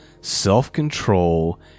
self-control